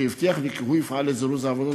והוא הבטיח לי כי הוא יפעל לזירוז העבודות